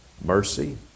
mercy